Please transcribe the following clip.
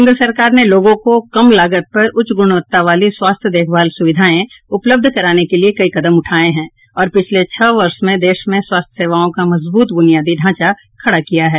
केंद्र सरकार ने लोगों को कम लागत पर उच्च गुणवत्तावाली स्वास्थ्य देखभाल सुविधाएं उपलब्ध कराने के लिए कई कदम उठाए हैं और पिछले छह वर्ष में देश में स्वास्थ्य सेवाओं का मजबूत ब्रुनियादी ढांचा खड़ा किया है